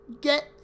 get